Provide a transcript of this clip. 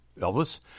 Elvis